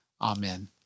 Amen